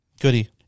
Goody